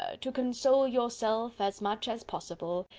ah to console yourself as much as possible,